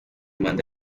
manda